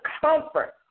comfort